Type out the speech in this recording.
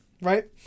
right